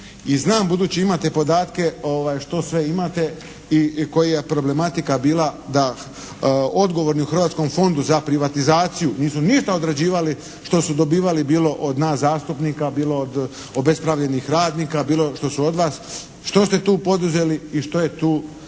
i znam budući imate podatke što sve imate i koja je problematika bila da odgovorni u Hrvatskom fondu za privatizaciju nisu ništa odrađivali što su dobivali bilo od nas zastupnika, bilo od obespravljenih radnika, bilo što su od vas. Što ste tu poduzeli i što je tu